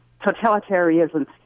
totalitarianism